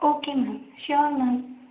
okay ma'am sure ma'am